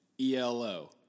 ELO